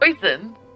Poison